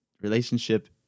relationship